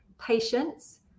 patience